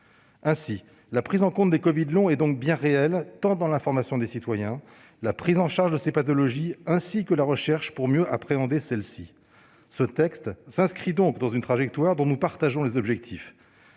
Ainsi, la prise en compte des covid longs est donc bien réelle, par l'information des citoyens, par la prise en charge de ces pathologies ainsi que par la recherche afin de mieux les appréhender. Ce texte s'inscrit donc dans une trajectoire dont nous partageons les objectifs.